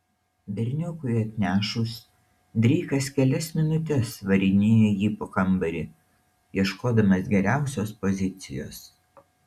berniokui atnešus dreikas kelias minutes varinėjo jį po kambarį ieškodamas geriausios pozicijos